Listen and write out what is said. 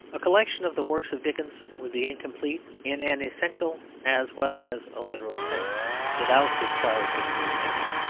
a collection of the works of dickens would be incomplete in an essential as well as a literal sense without his child's history of england.